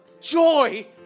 joy